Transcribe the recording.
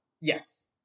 Yes